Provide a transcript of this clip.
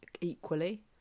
equally